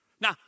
Now